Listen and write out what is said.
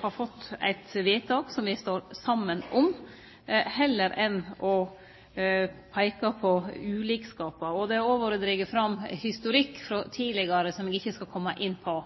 har fått eit vedtak som me står saman om, heller enn å peike på ulikskapar. Det har òg vore drege fram historikk frå tidlegare som eg ikkje skal kome inn på.